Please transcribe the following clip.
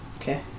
Okay